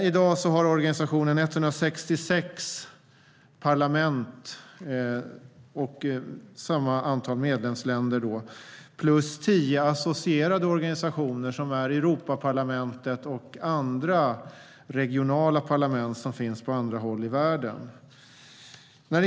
I dag har organisationen 166 parlament, det vill säga länder, som medlemmar och tio associerade organisationer, till exempel Europaparlamentet och andra regionala parlament på andra håll i världen.